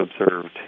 observed